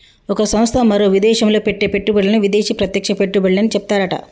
ఒక సంస్థ మరో విదేశంలో పెట్టే పెట్టుబడులను విదేశీ ప్రత్యక్ష పెట్టుబడులని చెప్తారట